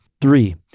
Three